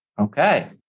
Okay